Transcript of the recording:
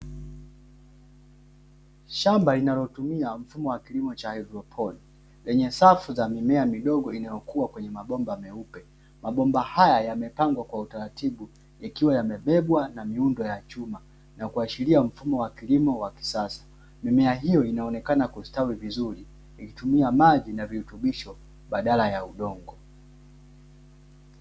Shamba linalotumia mfumo wa kilimo cha hayidroponi yenye safu ya mimiea midogo inayokuwa kwenye mabomba meupe, mabomba haya yamepangwa kwa utaratibu ikiwa imebebwa na miundo ya chuma, na kuashiria mfumo wa kilimo wa kisasa mimea hiyo inaonekana kustawi vizuri kwa kutumia maji na virutubisho badala ya udongo.